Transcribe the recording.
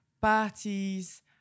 parties